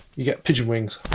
you get pigeon wings